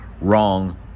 wrong